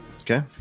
Okay